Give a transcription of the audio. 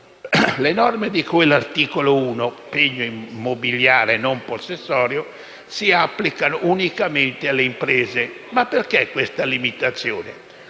Le norme di cui all'articolo 1 (pegno mobiliare non possessorio) si applicano unicamente alle imprese, ma perché questa limitazione?